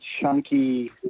chunky